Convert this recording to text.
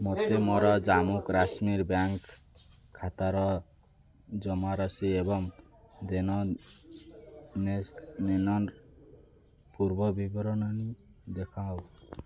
ମୋତେ ମୋର ଜାମ୍ମୁ କାଶ୍ମୀର ବ୍ୟାଙ୍କ୍ ଖାତାର ଜମାରାଶି ଏବଂ ଦେଣନେଣ ପୂର୍ବବିବରଣୀ ଦେଖାଅ